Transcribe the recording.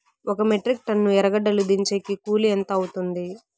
ఒక metric ton ఎర్రగడ్డలు దించేకి కూలి ఎంత అవుతుంది?